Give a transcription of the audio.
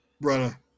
brother